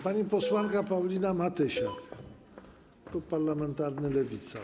Pani posłanka Paulina Matysiak, klub parlamentarny Lewica.